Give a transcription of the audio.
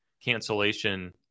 cancellation